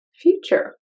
future